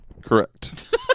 Correct